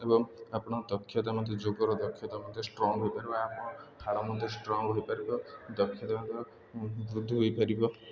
ଏବଂ ଆପଣ ଦକ୍ଷତା ମଧ୍ୟ ଯୋଗର ଦକ୍ଷତା ମଧ୍ୟ ଷ୍ଟ୍ରଙ୍ଗ୍ ହୋଇପାରିବ ଆମ ହାଡ଼ ମଧ୍ୟ ଷ୍ଟ୍ରଙ୍ଗ୍ ହୋଇପାରିବ ଦକ୍ଷତା ମଧ୍ୟ ବୃଦ୍ଧ ହୋଇପାରିବ